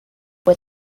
with